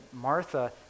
Martha